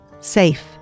safe